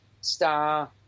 star